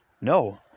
No